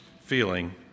feeling